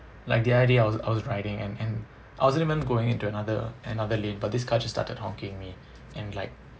like the other day I was I was riding and and I wasn't even going into another another lane but this car just started honking me and like